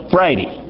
Friday